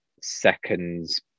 seconds